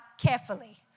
carefully